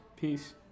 Peace